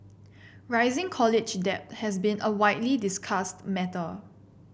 rising college debt has been a widely discussed matter